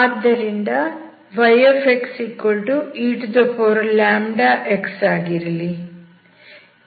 ಆದ್ದರಿಂದ yxeλx ಆಗಿರಲಿ